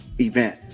event